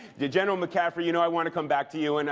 to general mccaffrey, you know i want to come back to you, and